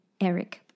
Eric